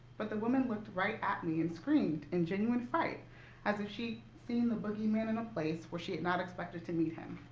but the woman looked right at me and screamed in genuine fright as if she'd seen the bogeyman in a place where she had not expected to meet him.